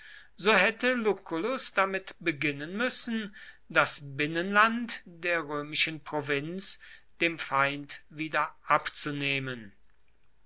so hätte lucullus damit beginnen müssen das binnenland der römischen provinz dem feind